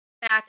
back